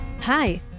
Hi